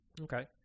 Okay